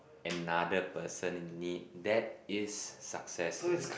another person in need that is success to me